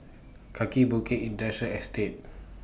Kaki Bukit Industrial Estate